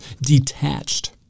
detached